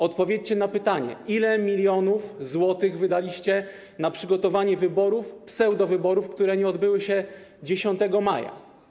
Odpowiedzcie na pytanie: Ile milionów złotych wydaliście na przygotowanie wyborów, pseudowyborów, które nie odbyły się 10 maja?